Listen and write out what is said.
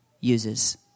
uses